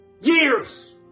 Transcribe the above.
Years